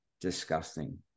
disgusting